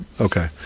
Okay